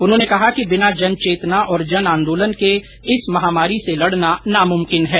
उन्होंने कहा कि बिना जन चेतना और जन आन्दोलन के इस महामारी से लड़ना नामुमकिन है